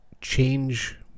change